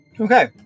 Okay